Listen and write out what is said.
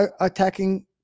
attacking